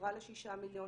עברה ל-6 מיליון,